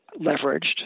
leveraged